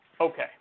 Okay